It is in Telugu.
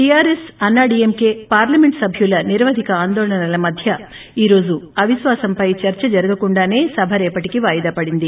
టీఆర్ఎస్ అన్నాడీఎంసీ పార్లమెంట్ సభ్యుల నిరవదిక ఆందోళనలతో మధ్య ఈ రోజు అవిశ్వాసంపై చర్చ జరగకుండానే సభ రేపటీకి వాయిదా పడింది